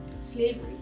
slavery